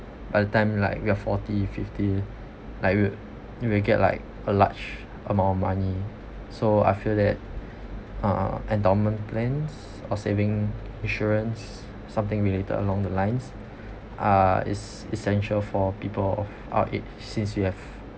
by the time like we are forty fifty like you will you will get like a large amount of money so I feel that uh endowment plans or saving insurance something related along the lines uh is essential for people of our age since we have